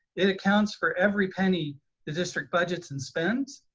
it accounts for every penny the district budgets and spends.